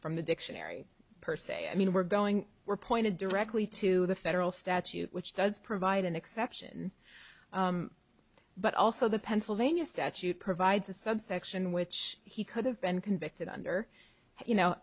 from the dictionary per se i mean we're going we're pointed directly to the federal statute which does provide an exception but also the pennsylvania statute provides a subsection which he could have been convicted under you